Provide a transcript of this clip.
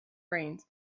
brains